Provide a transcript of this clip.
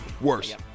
Worse